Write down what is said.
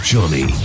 Johnny